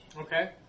okay